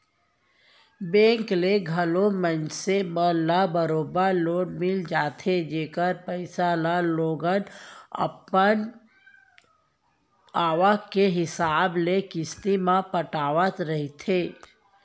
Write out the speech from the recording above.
bank ले घलौ मनसे मन ल बरोबर लोन मिल जाथे जेकर पइसा ल लोगन मन अपन आवक के हिसाब ले किस्ती म पटावत रथें